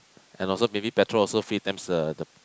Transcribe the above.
and also maybe petrol also three times uh the